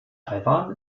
taiwan